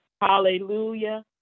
hallelujah